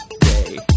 Day